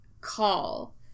call